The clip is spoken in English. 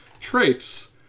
Traits